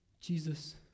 Jesus